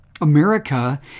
America